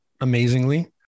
amazingly